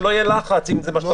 שלא יהיה לחץ, אם זה מה שאתה רוצה.